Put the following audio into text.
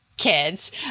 Kids